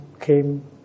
came